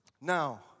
Now